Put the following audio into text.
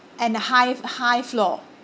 and high high floor